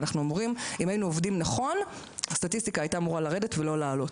אם היינו עובדים נכון הסטטיסטיקה הייתה אמורה לרדת ולא לעלות.